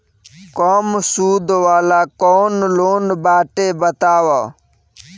कम सूद वाला कौन लोन बाटे बताव?